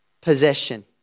possession